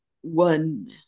one